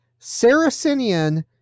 Saracenian